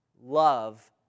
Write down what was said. love